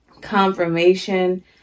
confirmation